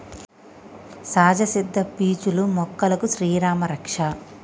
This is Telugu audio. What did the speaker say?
సహజ సిద్ద పీచులు మొక్కలకు శ్రీరామా రక్ష